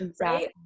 Right